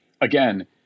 again